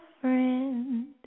friend